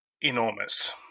enormous